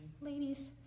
Ladies